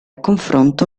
confronto